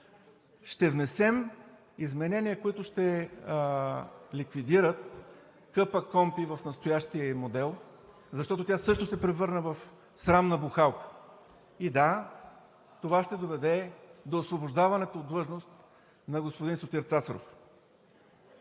Ще внесем изменения, които ще ликвидират КПКОНПИ в настоящия ѝ модел, защото тя също се превърна в срамна бухалка. И да, това ще доведе до освобождаването от длъжност на господин Сотир Цацаров.